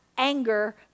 anger